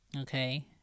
okay